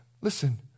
listen